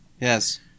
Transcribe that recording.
Yes